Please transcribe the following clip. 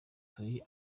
turi